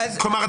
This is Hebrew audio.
כלומר,